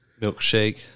Milkshake